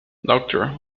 doctor